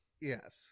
Yes